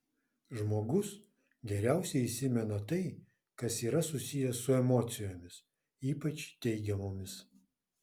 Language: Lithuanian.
žmogus geriausiai įsimena tai kas yra susiję su emocijomis ypač teigiamomis